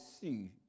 see